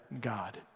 God